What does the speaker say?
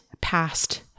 past